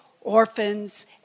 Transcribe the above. orphans